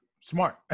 Smart